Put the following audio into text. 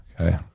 Okay